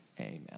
amen